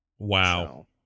Wow